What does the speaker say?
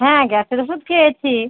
হ্যাঁ গ্যাসের ওষুধ খেয়েছি